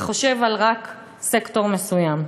וחושב רק על סקטור מסוים.